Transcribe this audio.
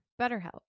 BetterHelp